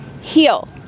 heal